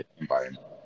environment